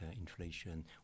inflation